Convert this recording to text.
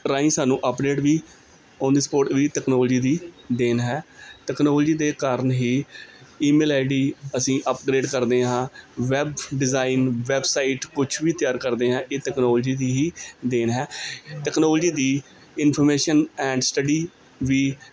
ਰਾਹੀ ਸਾਨੂੰ ਅਪਡੇਟ ਵੀ ਓਨ ਦੀ ਸਪੋਰਟ ਵੀ ਟੈਕਨੋਲੋਜੀ ਦੀ ਦੇਣ ਹੈ ਟੈਕਨੋਲੋਜੀ ਦੇ ਕਾਰਨ ਹੀ ਈਮੇਲ ਆਈਡੀ ਅਸੀਂ ਅਪਗਰੇਡ ਕਰਦੇ ਹਾਂ ਵੈਬ ਡਿਜਾਈਨ ਵੈਬਸਾਈਟ ਕੁਛ ਵੀ ਤਿਆਰ ਕਰਦੇ ਆਂ ਇਹ ਟੈਕਨੋਲੋਜੀ ਦੀ ਹੀ ਦੇਣ ਹੈ ਟੈਕਨੋਲੋਜੀ ਦੀ ਇਨਫੋਰਮੇਸ਼ਨ ਐਂਡ ਸਟਡੀ ਵੀ